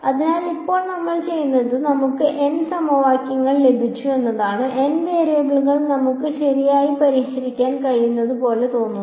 അതിനാൽ ഇപ്പോൾ നമ്മൾ ചെയ്തത് നമുക്ക് N സമവാക്യം ലഭിച്ചു എന്നതാണ് N വേരിയബിളുകൾ നമുക്ക് ശരിയായി പരിഹരിക്കാൻ കഴിയുന്നതുപോലെ തോന്നുന്നു